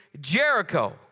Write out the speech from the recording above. Jericho